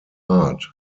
art